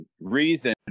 Reason